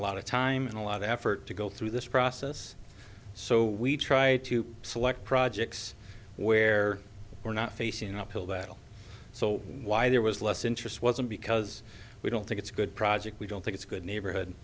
of time and a lot of effort to go through this process so we try to select projects where we're not facing an uphill that so why there was less interest wasn't because we don't think it's a good project we don't think it's a good neighborhood